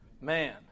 man